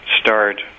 start